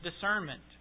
discernment